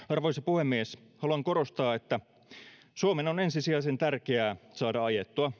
arvoisa puhemies haluan korostaa että suomen on ensisijaisen tärkeää saada ajettua